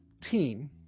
team